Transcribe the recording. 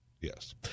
Yes